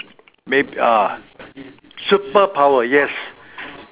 may~ ah superpower yes